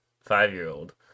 five-year-old